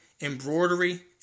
embroidery